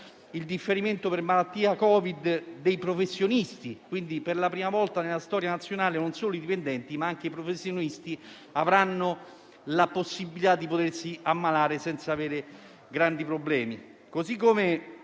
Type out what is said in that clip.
in caso di malattia Covid per i professionisti. Per la prima volta nella storia nazionale non solo i dipendenti, ma anche i professionisti avranno la possibilità di potersi ammalare senza avere grandi problemi. Penso